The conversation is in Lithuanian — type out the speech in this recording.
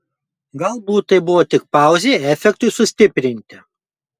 galbūt tai buvo tik pauzė efektui sustiprinti